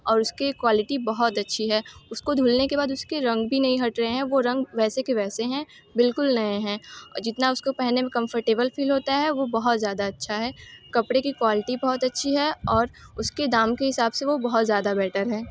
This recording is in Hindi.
और उसकी क्वालिटी बहुत अच्छी है उसको धुलने के बाद उसके रंग भी नहीं हट रहे हैं वो रंग वैसे के वैसे हैं बिल्कुल नए हैं और जितना उसको पहने में कंफरटेबल फिल होता है वो बहुत ज़्यादा अच्छा है कपड़े कि क्वाल्टी बहुत अच्छी है और उसके दाम के हिसाब से वो बहुत ज़्यादा बेटर है